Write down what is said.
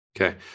Okay